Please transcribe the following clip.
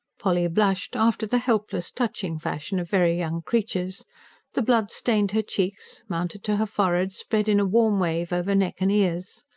polly blushed, after the helpless, touching fashion of very young creatures the blood stained her cheeks, mounted to her forehead, spread in a warm wave over neck and ears.